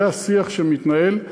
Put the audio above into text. זה השיח שמתנהל.